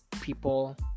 people